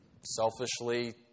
selfishly